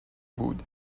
بود